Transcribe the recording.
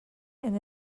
and